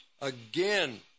again